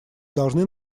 должны